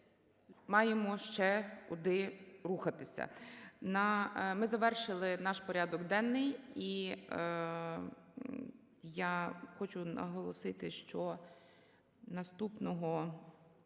маємо ще куди рухатися. Ми завершили наш порядок денний. І я хочу наголосити, що наступного